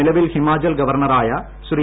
നിലവിൽ ഹിമാചൽ ഗവർണറായ ശ്രീ